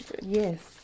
Yes